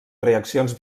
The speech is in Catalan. reaccions